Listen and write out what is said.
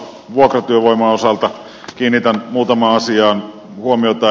vuokratyövoiman osalta kiinnitän muutamaan asiaan huomiota